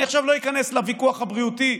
אני עכשיו לא איכנס לוויכוח הבריאותי,